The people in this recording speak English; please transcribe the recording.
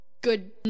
good